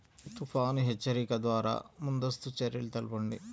తుఫాను హెచ్చరికల ద్వార ముందస్తు చర్యలు తెలపండి?